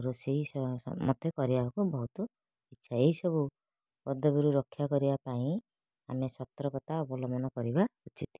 ରୋଷେଇ ମୋତେ କରିବାକୁ ବହୁତ ଇଚ୍ଛା ଏହି ସବୁ ପଦବୀରୁ ରକ୍ଷା କରିବା ପାଇଁ ଆମେ ସତର୍କତା ଅବଲମ୍ବନ କରିବା ଉଚିତ୍